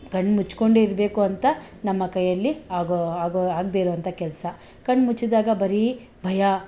ಕಣ್ಣು ಮುಚ್ಕೊಂಡೆ ಇರಬೇಕು ಅಂತ ನಮ್ಮ ಕೈಯ್ಯಲ್ಲಿ ಆಗೋ ಆಗೋ ಆಗದೇ ಇರುವಂಥ ಕೆಲಸ ಕಣ್ಣು ಮುಚ್ಚಿದಾಗ ಬರೀ ಭಯ